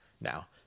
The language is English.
now